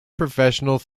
professional